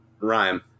Rhyme